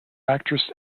actress